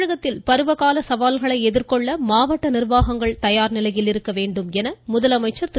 தமிழகத்தில் பருவகால் சவால்களை எதிர்கொள்ள மாவட்ட நிர்வாகங்கள் தயார் நிலையில் இருக்க வேண்டும் என முதலமைச்சர் திரு